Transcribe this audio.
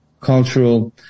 cultural